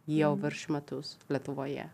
jau virš metus lietuvoje